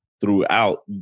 throughout